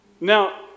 Now